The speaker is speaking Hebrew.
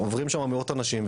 עוברים שם מאות אנשים,